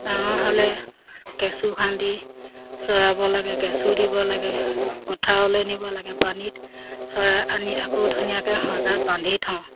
ডাঙৰ হ'লে কেঁচু খান্দি চৰাব লাগে কেঁচু দিব লাগে পথাৰলৈ নিব লাগে পানীত চৰাই আনি আকৌ ধুনীয়াকৈ সজাত বান্ধি থওঁ